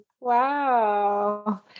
Wow